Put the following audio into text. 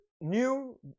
New